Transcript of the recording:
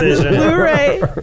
Blu-ray